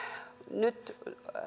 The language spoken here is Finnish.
nyt